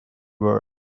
were